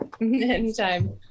anytime